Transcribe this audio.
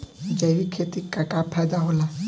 जैविक खेती क का फायदा होला?